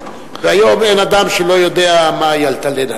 והיום אין אדם שאינו יודע מהי ה"אלטלנה",